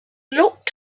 looked